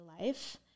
life